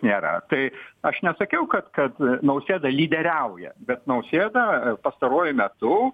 nėra tai aš nesakiau kad kad nausėda lyderiauja bet nausėda pastaruoju metu